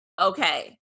okay